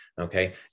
okay